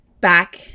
back